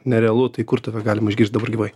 nerealu tai kur tave galima išgirst dabar gyvai